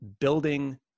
building